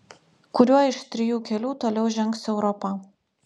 kuriuo iš trijų kelių toliau žengs europa